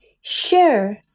Sure